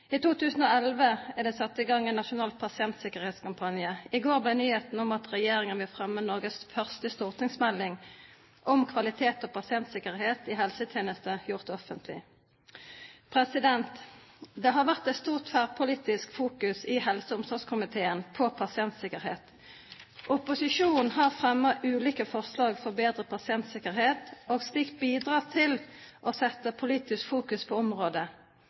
I 2011 er det satt i gang en nasjonal pasientsikkerhetskampanje. I går ble nyheten om at regjeringen vil fremme Norges første stortingsmelding om kvalitet og pasientsikkerhet i helsetjenesten, gjort offentlig. Det har vært et stort tverrpolitisk fokus i helse- og omsorgskomiteen på pasientsikkerhet. Opposisjonen har fremmet ulike forslag for bedre pasientsikkerhet, og slik bidratt til å sette politisk fokus på området.